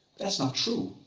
that's not true.